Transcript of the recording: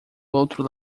outro